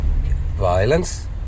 Violence